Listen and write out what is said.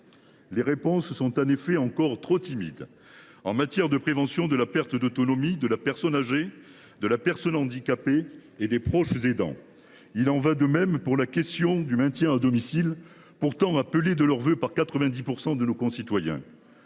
Les réponses sont en effet encore trop timides, notamment en matière de prévention de la perte d’autonomie de la personne âgée, de la personne handicapée et des proches aidants. Il en est de même pour la question du virage domiciliaire, pourtant appelé de leurs vœux par 90 % de nos concitoyens.